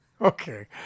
Okay